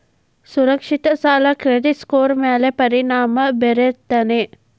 ಸುರಕ್ಷಿತ ಸಾಲ credit score ಮ್ಯಾಲೆ ಪರಿಣಾಮ ಬೇರುತ್ತೇನ್